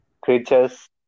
creatures